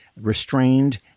restrained